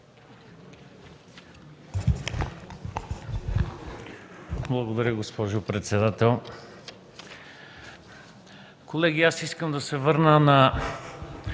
Благодаря, госпожо председател. Колеги, искам да се върна на